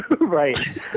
right